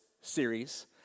series